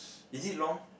is it long